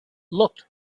looked